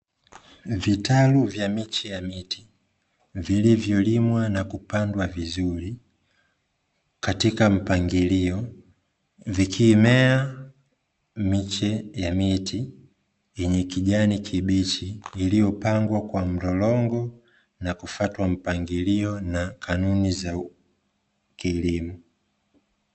Vitalu vya miche ya miti, vilivyolimwa na kupandwa vizuri, katika mpangilio, vikimea miche ya miti yenye kijani kibichi, iliyopangwa kwa mlolongo na kufuatwa mpangilio na kanuni za kilimo.